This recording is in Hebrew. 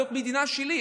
זאת המדינה שלי.